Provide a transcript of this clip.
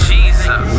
Jesus